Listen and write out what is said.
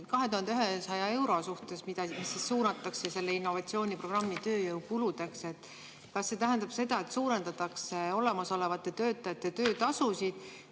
000] euro kohta, mis suunatakse selle innovatsiooniprogrammi tööjõukuludeks. Kas see tähendab seda, et suurendatakse olemasolevate töötajate töötasusid?